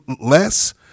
less